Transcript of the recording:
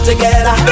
Together